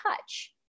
touch